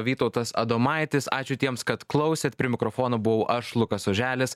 vytautas adomaitis ačiū tiems kad klausėt prie mikrofono buvau aš lukas oželis